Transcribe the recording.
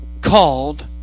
called